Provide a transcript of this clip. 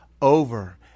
over